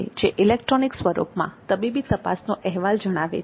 જે ઇલેક્ટ્રોનિક સ્વરૂપમાં તબીબી તપાસનો અહેવાલ જણાવે છે